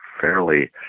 fairly